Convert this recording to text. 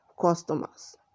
customers